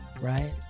Right